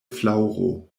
flaŭro